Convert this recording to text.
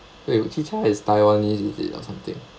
wait chicha is taiwanese is it or something